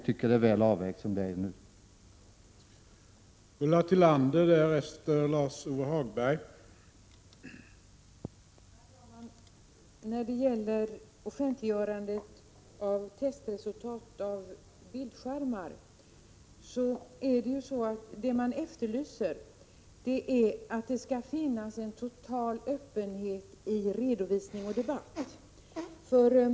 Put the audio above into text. Det är väl avvägt som det är nu.